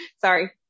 Sorry